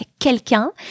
quelqu'un